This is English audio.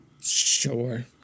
Sure